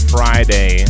Friday